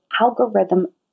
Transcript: algorithm